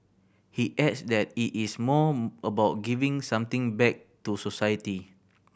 he adds that it is more about giving something back to society